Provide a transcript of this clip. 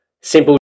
Simple